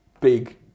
big